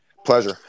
Pleasure